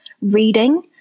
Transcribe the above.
reading